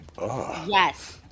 Yes